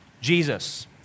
Jesus